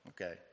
okay